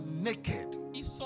naked